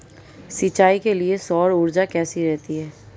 सिंचाई के लिए सौर ऊर्जा कैसी रहती है?